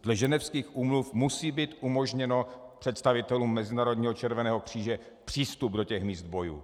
Dle Ženevských úmluv musí být umožněn představitelům Mezinárodního červeného kříže přístup do těch míst bojů.